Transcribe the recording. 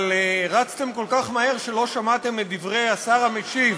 אבל רצתם כל כך מהר שלא שמעתם את דברי השר המשיב,